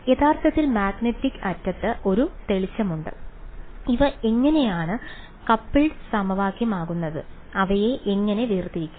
യഥാർത്ഥത്തിൽ മാഗ്നെറ്റിക് അറ്റത്ത് ഒരു തെളിച്ചമുണ്ട് ഇവ എങ്ങനെയാണ് കപ്പിൾഡ് സമവാക്യമാകുന്നത് അവയെ എങ്ങനെ വേർതിരിക്കാം